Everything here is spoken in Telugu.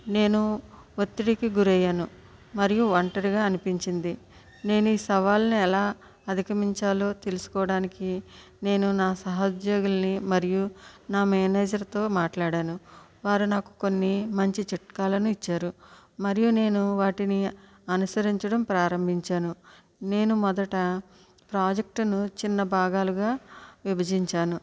నేను ఒత్తిడికి గురయ్యాను మరియు ఒంటరిగా అనిపించింది నేను ఈ సవాలుని ఎలా అధిగమించాలో తెలుసుకోవడానికి నేను నా సహఉద్యోగుల్ని మరియు నా మేనేజర్తో మాట్లాడాను వారు నాకు కొన్ని మంచి చిట్కాలను ఇచ్చారు మరియు నేను వాటిని అనుసరించడం ప్రారంభించాను నేను మొదట ప్రాజెక్టును చిన్న భాగాలుగా విభజించాను